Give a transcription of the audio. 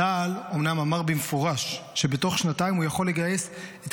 צה"ל אומנם אמר במפורש שבתוך שנתיים הוא יכול לגייס את